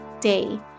day